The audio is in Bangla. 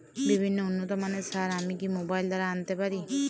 বিভিন্ন উন্নতমানের সার আমি কি মোবাইল দ্বারা আনাতে পারি?